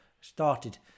started